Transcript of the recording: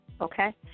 Okay